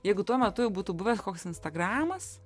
jeigu tuo metu jau būtų buvęs koks instagramas